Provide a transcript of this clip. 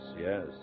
yes